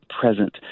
present